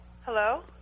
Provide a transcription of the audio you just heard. Hello